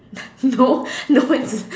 no no it's not